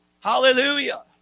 Hallelujah